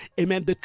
amen